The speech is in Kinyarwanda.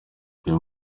uyu